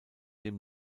dem